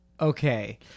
Okay